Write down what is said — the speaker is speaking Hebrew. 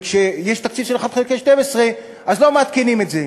וכשיש תקציב של 1 חלקי 12 לא מעדכנים את זה,